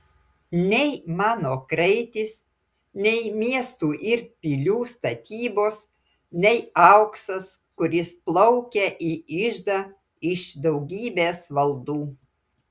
nei mano kraitis nei miestų ir pilių statybos nei auksas kuris plaukia į iždą iš daugybės valdų